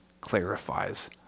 clarifies